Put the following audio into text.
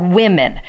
women